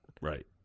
Right